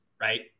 Right